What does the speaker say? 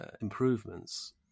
improvements